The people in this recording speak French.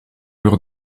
leur